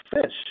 fish